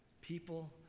People